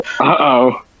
Uh-oh